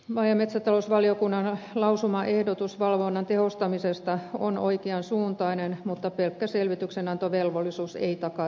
maa ja metsätalousvaliokunnan lausumaehdotus valvonnan tehostamisesta on oikean suuntainen mutta pelkkä selvityksenantovelvollisuus ei takaa toimenpiteitä